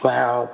Wow